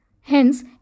Hence